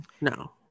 no